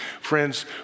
Friends